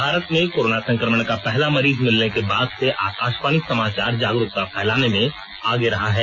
भारत में कोरोना संक्रमण का पहला मरीज मिलने के बाद से आकाशवाणी समाचार जागरुकता फैलाने में आगे रहा है